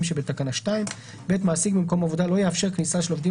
שבתקנה 2. מעסיק במקום עבודה לא יאפשר כניסה של עובדים